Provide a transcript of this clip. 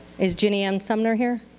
is ginnie ann sumner here?